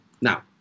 Now